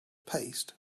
paste